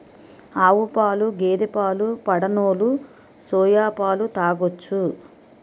ఆవుపాలు గేదె పాలు పడనోలు సోయా పాలు తాగొచ్చు